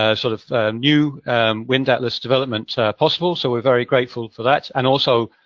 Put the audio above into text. ah sort of new wind atlas development possible, so we're very grateful for that. and also,